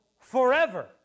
forever